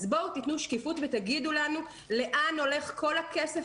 אז בואו תתנו שקיפות ותגידו לנו לאן הולך כל הכסף